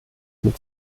mit